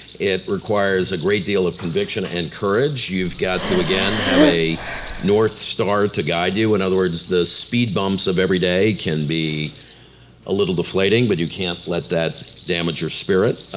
it requires a great deal of conviction and courage. you've got to again have a north star to guide you. in other words, the speed bumps of everyday can be a little deflating but you can't let that damage your spirit.